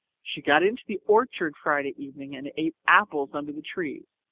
she got into the orchard friday evening and ate apples under the trees,